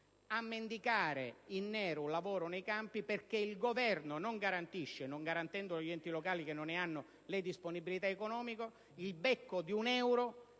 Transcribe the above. a mendicare in nero un lavoro nei campi perché il Governo non garantisce - non garantendolo gli enti locali che non hanno le necessarie disponibilità economiche - il becco di un euro